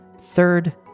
Third